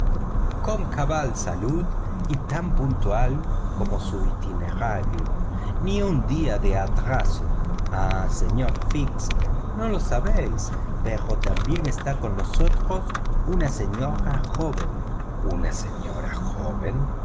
con cabal salud y tan puntual como su itinerario ni un día de atraso ah señor fix no lo sabéis pero también está con nosotros una joven señora una joven